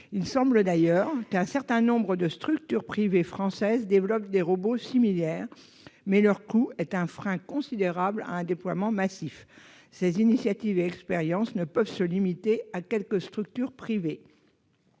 Il semble d'ailleurs qu'un certain nombre de structures privées françaises développent des robots similaires, mais leur coût est un frein considérable à leur déploiement massif. Ces initiatives et expériences ne peuvent se limiter à quelques structures privées.